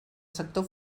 sector